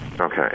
Okay